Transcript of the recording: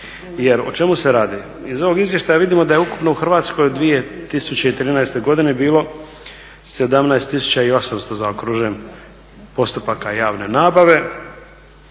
Jer o čemu se radi, iz ovog izvještaja vidimo da je ukupno u Hrvatskoj u 2013. godini bilo 17 800 zaokružujem postupaka javne nabave,